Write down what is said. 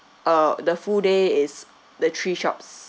uh the full day is the three shops